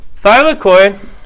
thylakoid